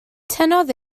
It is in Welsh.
tynnodd